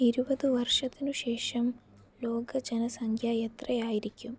ഇരുപത് വർഷത്തിനുശേഷം ലോക ജനസംഖ്യ എത്രയായിരിക്കും